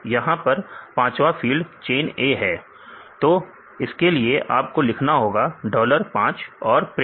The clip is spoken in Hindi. यहां पर पांचवा फील्ड चेन A है तो इसके लिए आपको लिखना होगा डॉलर 5 और प्रिंट